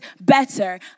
better